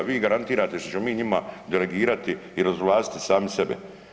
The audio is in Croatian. Vi garantirate što ćemo mi njima delegirati i razvlastiti sami sebe?